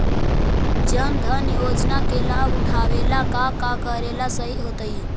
जन धन योजना के लाभ उठावे ला का का करेला सही होतइ?